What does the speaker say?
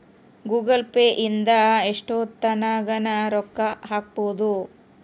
Google Pay ಇಂದ ಎಷ್ಟೋತ್ತಗನ ರೊಕ್ಕ ಹಕ್ಬೊದು